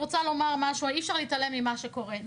אי-אפשר להתעלם ממה שקורה.